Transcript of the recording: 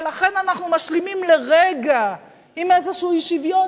ולכן אנחנו משלימים לרגע עם איזה אי-שוויון,